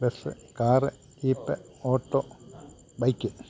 bus car jeep auto bike